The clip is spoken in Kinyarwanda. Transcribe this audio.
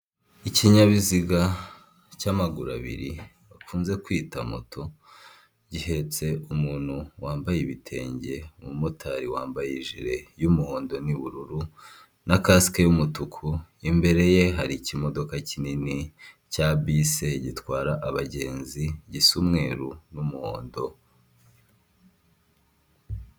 Ikinyabiziga cy'amaguru abiri bakunze kwita moto gihetse umuntu wambaye ibitenge, umumotari wambaye ijire y'umuhondo n'ubururu na kasike y'umutuku, imbere ye hari ikimodoka kinini cya bisi gitwara abagenzi gisa umweru n'umuhondo.